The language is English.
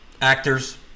actors